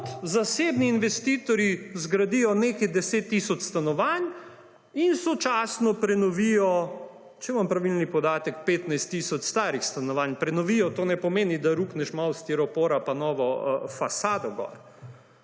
kot zasebni investitorji zgradijo nekaj deset tisoč stanovanj in sočasno prenovijo, če imam pravilen podatek, 15 tisoč starih stanovanj; prenovijo, to ne pomeni, da rukneš malo stiropora pa novo fasado gor.